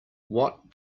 what